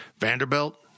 Vanderbilt